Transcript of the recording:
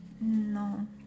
No